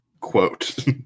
Quote